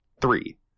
three